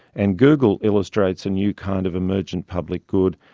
and google illustrates a new kind of emergent public good,